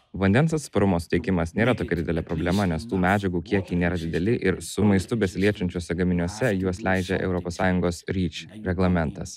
vandens atsparumo suteikimas nėra tokia didelė problema nes tų medžiagų kiekiai nėra dideli ir su maistu besiliečiančiose gaminiuose juos leidžia europos sąjungos ryč reglamentas